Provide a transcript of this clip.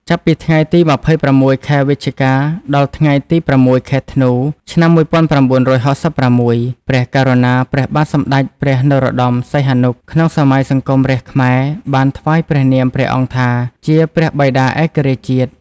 ចាប់ពីថ្ងៃទី២៦ ខែវិច្ឆិកា ដល់ ថ្ងៃទី០៦ ខែធ្នូ ឆ្នាំ១៩៦៦ ព្រះករុណា ព្រះបាទសម្តេចព្រះនរោត្តម សីហនុ ក្នុងសម័យសង្គមរាស្រ្តខ្មែរបានថ្វាយ ព្រះនាមព្រះអង្គថាជា ព្រះបិតាឯករាជ្យជាតិ។